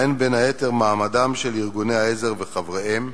ובהן בין היתר מעמדם של ארגוני העזר וחבריהם,